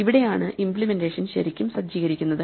ഇവിടെയാണ് ഇമ്പ്ലിമെന്റേഷൻ ശരിക്കും സജ്ജീകരിക്കുന്നത്